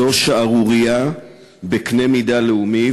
זו שערורייה בקנה מידה לאומי,